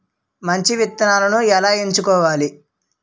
మంచి విత్తనాలను ఎలా ఎంచుకోవాలి?